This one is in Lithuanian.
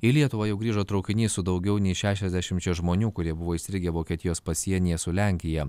į lietuvą jau grįžo traukinys su daugiau nei šešiasdešimčia žmonių kurie buvo įstrigę vokietijos pasienyje su lenkija